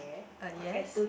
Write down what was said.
ah yes